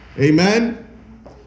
Amen